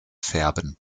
färben